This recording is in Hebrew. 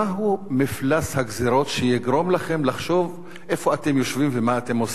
מהו מפלס הגזירות שיגרום לכם לחשוב איפה אתם יושבים ומה אתם עושים?